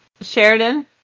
Sheridan